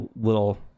little